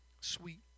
sweet